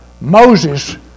Moses